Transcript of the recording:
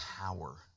power